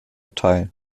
teil